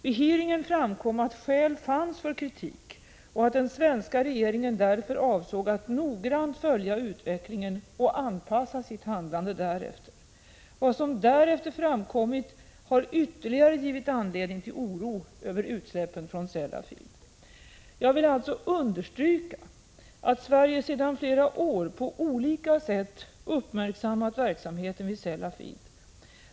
Vid hearingen framkom att skäl fanns för kritik och att den svenska regeringen därför avsåg att noggrant följa utvecklingen och anpassa sitt handlande därefter. Vad som därefter framkommit har ytterligare givit anledning till oro över utsläppen från Sellafield. Jag vill alltså understryka att Sverige sedan flera år på olika sätt uppmärksammat verksamheten vid Sellafield.